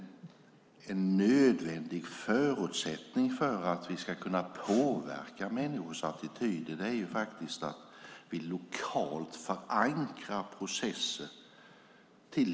Men en nödvändig förutsättning för att vi ska kunna påverka människors attityder är att vi förankrar processer lokalt.